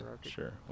sure